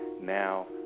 now